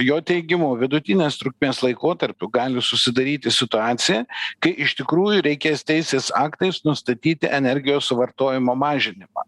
jo teigimu vidutinės trukmės laikotarpiu gali susidaryti situacija kai iš tikrųjų reikės teisės aktais nustatyti energijos suvartojimo mažinimą